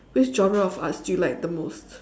which genre of arts do you like the most